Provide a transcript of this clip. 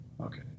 Okay